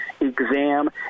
exam